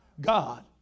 God